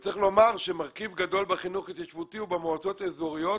צריך לומר שמרכיב גדול בחינוך ההתיישבותי הוא במועצות האזוריות,